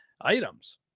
items